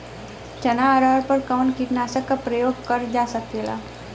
चना अरहर पर कवन कीटनाशक क प्रयोग कर जा सकेला?